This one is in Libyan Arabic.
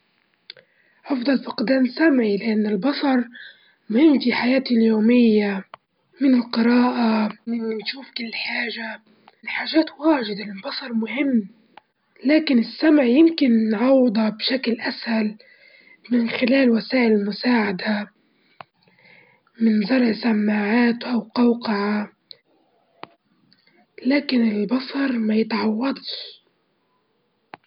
هفضل فقدان سمعي، لإن البصر مهم في حياتي اليومية من القراءة من شوف كل حاجة، الحاجات واجد البصر مهم، لكن السمع يمكن نعوضها بشكل أسهل من خلال وسائل المساعدة من زرع سماعات أو قوقعة، لكن البصر ما يتعوضش.